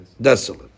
desolate